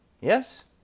Yes